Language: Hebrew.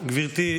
גברתי,